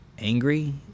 Angry